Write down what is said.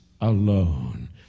alone